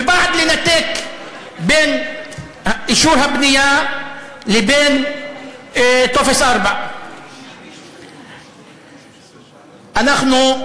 ובעד לנתק בין אישור הבנייה לבין טופס 4. אנחנו,